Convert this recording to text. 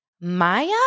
Maya